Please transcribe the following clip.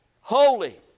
Holy